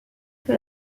que